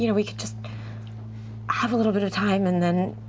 you know we could just have a little bit of time and then,